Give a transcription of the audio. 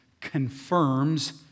confirms